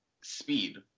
Speed